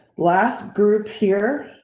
last group here